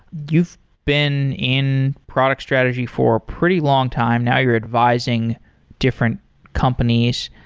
you've been in product strategy for a pretty long time now. you're advising different companies.